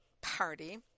party